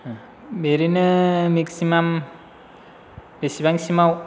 ओरैनो मेक्सिमाम बेसेबांसिमाव